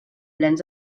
plens